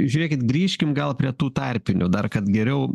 žiūrėkit grįžkim gal prie tų tarpinių dar kad geriau